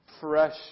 Fresh